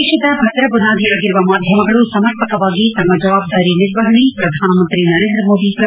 ದೇಶದ ಭದ್ರಬುನಾದಿಯಾಗಿರುವ ಮಾಧ್ಯಮಗಳು ಸರ್ಮಪಕವಾಗಿ ತಮ್ಮ ಜವಾಬ್ದಾರಿ ನಿರ್ವಪಣೆ ಪ್ರಧಾನಮಂತ್ರಿ ನರೇಂದ್ರಮೋದಿ ಪ್ರತಿಪಾದನೆ